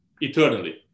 eternally